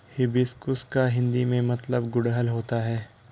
hibiscus का हिंदी में मतलब गुड़हल होता है